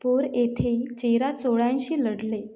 पोर येथे चेरा चोळांशी लढले